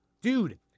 Dude